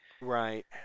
Right